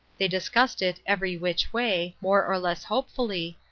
they discussed it every which way, more or less hopefully,